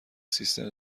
سیستم